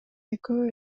экөө